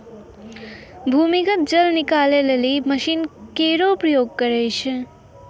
भूमीगत जल निकाले लेलि मसीन केरो प्रयोग करै छै